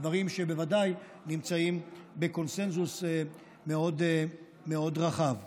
הם דברים שבוודאי נמצאים בקונסנזוס מאוד רחב.